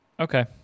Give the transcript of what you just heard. Okay